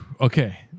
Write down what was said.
Okay